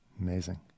Amazing